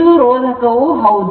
ಇದು ರೋಧಕವೂ ಹೌದು